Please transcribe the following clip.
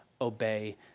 obey